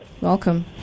Welcome